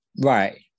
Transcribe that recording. Right